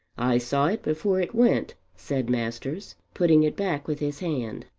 i saw it before it went, said masters putting it back with his hand.